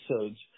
episodes